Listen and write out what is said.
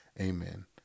Amen